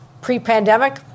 Pre-pandemic